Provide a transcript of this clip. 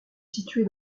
situé